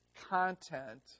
content